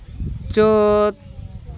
ᱪᱟᱹᱛ